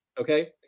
Okay